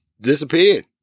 disappeared